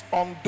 on